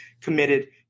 committed